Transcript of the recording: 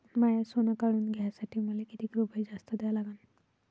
माय सोनं काढून घ्यासाठी मले कितीक रुपये जास्त द्या लागन?